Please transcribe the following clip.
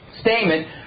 statement